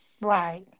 Right